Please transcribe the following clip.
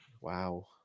Wow